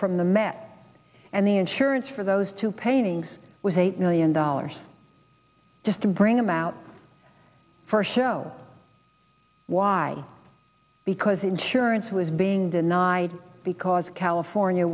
from the map and the insurance for those two paintings was eight million dollars just to bring them out for a show why because insurance was being denied because california